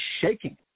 shaking